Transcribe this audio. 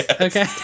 Okay